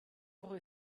woche